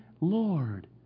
Lord